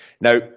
now